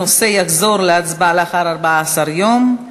הנושא יחזור להצבעה לאחר 14 יום.